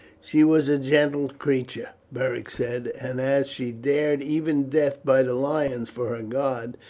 she was a gentle creature, beric said, and as she dared even death by the lions for her god,